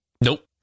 Nope